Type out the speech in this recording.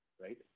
right